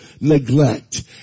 neglect